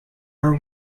are